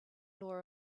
law